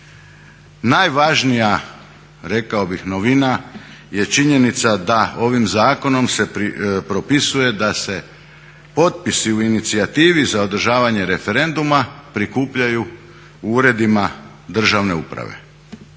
Najvažnija rekao bih novina je činjenica da ovim zakonom se propisuje da se potpisi u inicijativi za održavanje referenduma prikupljaju u uredima državne uprave.